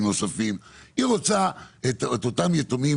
נוספים - אותה אימא רוצה לדעת שאותם יתומים,